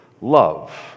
love